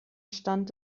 stand